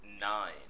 nine